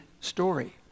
story